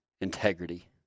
integrity